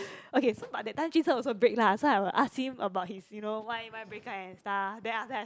okay so but that time Jun Sheng also break lah so I will ask him about his you know why why break and stuff then after I